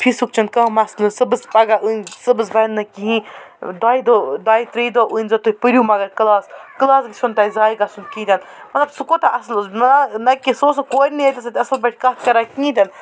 فیٖسُک چھِنہٕ کانٛہہ مسلہٕ صُبحَس پگاہ أنۍ صُبحَس بَنہِ نہٕ کِہیٖنۍ دۄیہِ دۄہ دۄیہِ ترٛیٚیہِ دۄہ أنۍزیو تُہۍ پٔرِو مگر کلاس کلاس گژھیو نہٕ توہہِ زایہِ گژھُن کِہیٖنۍ تِنہٕ مطلب سُہ کوٗتاہ اَصٕل اوس نا نہ کہ سُہ اوس نہ کوٚرِنُے یوت سۭتۍ اَصٕل پٲٹھۍ کَتھ کران کِہیٖنۍ تِنہٕ